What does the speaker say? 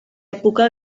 època